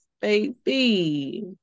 baby